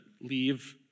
leave